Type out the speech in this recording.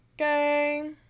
Okay